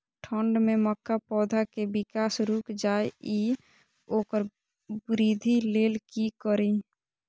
ठंढ में मक्का पौधा के विकास रूक जाय इ वोकर वृद्धि लेल कि करी?